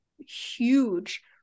huge